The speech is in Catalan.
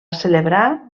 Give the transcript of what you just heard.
celebrar